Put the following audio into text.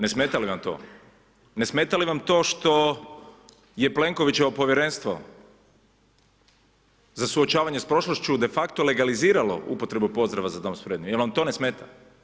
Ne smeta li vam to, ne smeta li vam to što je Plenkovićevo Povjerenstvo za suočavanje s prošlošću defakto legaliziralo upotrebu pozdrava „Za dom spremni“, jel vam to ne smeta?